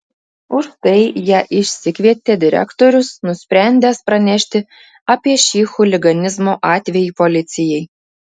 už tai ją išsikvietė direktorius nusprendęs pranešti apie šį chuliganizmo atvejį policijai